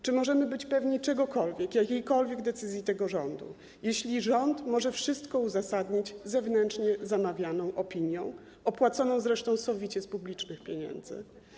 Czy możemy być pewni czegokolwiek, jakiejkolwiek decyzji tego rządu, jeśli rząd może wszystko uzasadnić zewnętrznie zamawianą opinią, opłaconą zresztą sowicie z publicznych pieniędzy?